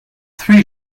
three